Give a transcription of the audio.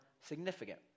significant